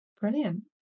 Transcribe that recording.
Brilliant